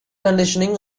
conditioning